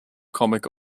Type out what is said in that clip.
comic